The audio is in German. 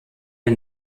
der